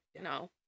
No